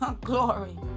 Glory